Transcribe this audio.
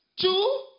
Two